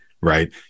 right